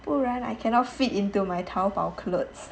不然 I cannot fit into my Taobao clothes